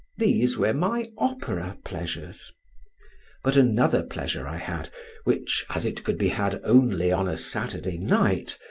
these were my opera pleasures but another pleasure i had which, as it could be had only on a saturday night,